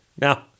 Now